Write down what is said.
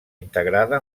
integrada